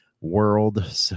world